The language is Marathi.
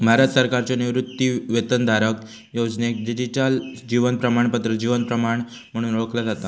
भारत सरकारच्यो निवृत्तीवेतनधारक योजनेक डिजिटल जीवन प्रमाणपत्र जीवन प्रमाण म्हणून ओळखला जाता